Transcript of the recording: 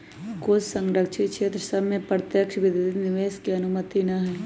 कुछ सँरक्षित क्षेत्र सभ में प्रत्यक्ष विदेशी निवेश के अनुमति न हइ